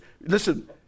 listen